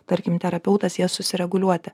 tarkim terapeutas jas susireguliuoti